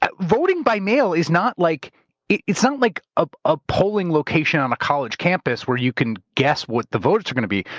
ah voting by mail, it's not like um like ah a polling location on a college campus where you can guess what the votes are going to be.